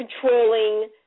controlling